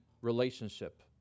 relationship